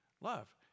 Love